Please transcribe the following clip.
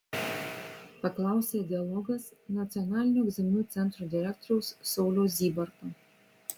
paklausė dialogas nacionalinio egzaminų centro direktoriaus sauliaus zybarto